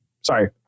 sorry